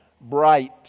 bright